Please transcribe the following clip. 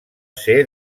ser